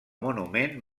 monument